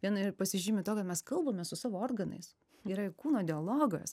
jinai ir pasižymi tuo kad mes kalbamės su savo organais yra ir kūno dialogas